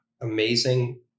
amazing